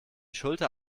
schulter